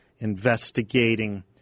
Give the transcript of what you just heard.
investigating